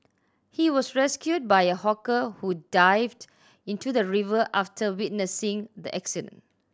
he was rescued by a hawker who dived into the river after witnessing the accident